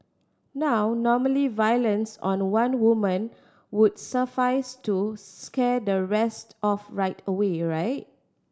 now normally violence on one woman would suffice to scare the rest off right away right